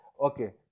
Okay